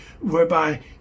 whereby